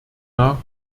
nach